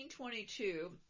1922